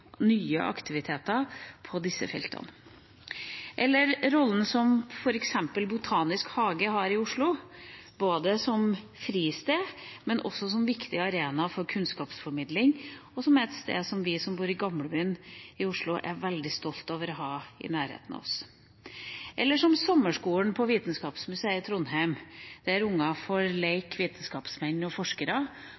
nye aktiviteter på disse feltene. Jeg kan nevne rollen som f.eks. Botanisk hage i Oslo har, både som fristed og som viktig arena for kunnskapsformidling, og som et sted som vi som bor i Gamlebyen i Oslo, er veldig stolt over å ha i nærheten av oss, eller sommerskolen på Vitenskapsmuseet i Trondheim, der unger får leke vitenskapsmenn og forskere